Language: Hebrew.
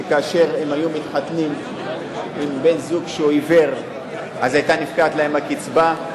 שכאשר הם היו מתחתנים עם בן-זוג שהוא עיוור היתה פוקעת להם הקצבה.